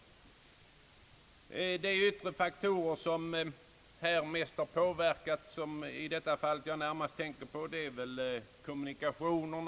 Bland de yttre faktorer som inverkat i detta fall tänker jag närmast på kommunikationerna.